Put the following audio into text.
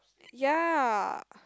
ya